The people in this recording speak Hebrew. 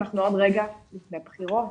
אנחנו עוד רגע לפני בחירות,